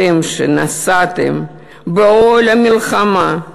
אתם שנשאתם בעול המלחמה,